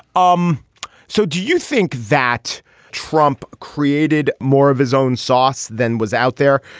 um so do you think that trump created more of his own sauce than was out there.